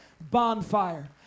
bonfire